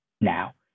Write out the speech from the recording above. now